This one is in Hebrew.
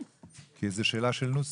כי זו שאלה של נוסח.